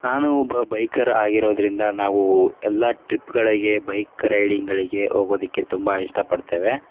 ನಾನು ಒಬ್ಬ ಬೈಕರ್ ಆಗಿರೋದರಿಂದ ನಾವು ಎಲ್ಲ ಟ್ರೀಪ್ಗಳಿಗೆ ಬೈಕ್ ರೈಡಿಂಗ್ಗಳಿಗೆ ಹೋಗೋದಿಕ್ಕೆ ತುಂಬ ಇಷ್ಟಪಡ್ತೇವೆ